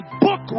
book